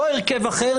לא הרכב אחר,